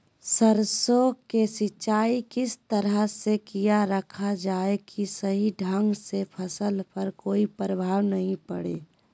सरसों के सिंचाई किस तरह से किया रखा जाए कि सही ढंग से फसल पर कोई प्रभाव नहीं पड़े?